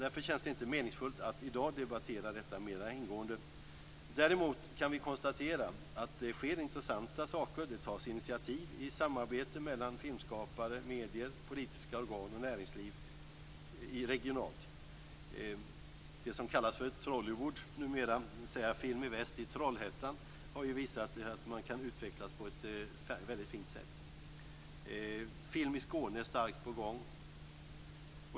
Därför känns det inte meningsfullt att i dag debattera detta mera ingående. Däremot kan vi konstatera att det sker intressanta saker och det tas regionala initiativ i samarbete mellan filmskapare, medier, politiska organ och näringsliv. "Trollywood", dvs. Film i Väst i Trollhättan, har visat att det går att utvecklas. Film i Skåne är starkt på gång.